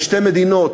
לשתי מדינות,